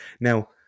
Now